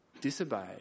disobey